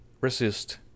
resist